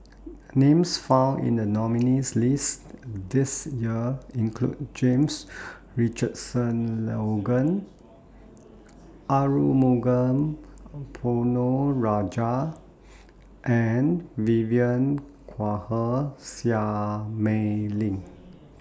Names found in The nominees' list This Year include James Richardson Logan Arumugam Ponnu Rajah and Vivien Quahe Seah Mei Lin